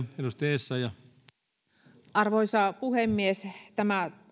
arvoisa puhemies tämä